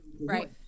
right